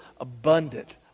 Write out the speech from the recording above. abundant